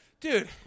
Dude